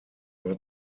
war